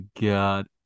God